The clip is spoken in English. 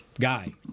guy